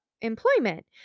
employment